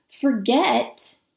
forget